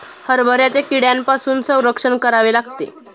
हरभऱ्याचे कीड्यांपासून संरक्षण करावे लागते